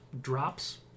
Drops